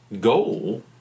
goal